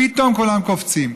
פתאום כולם קופצים.